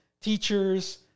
teachers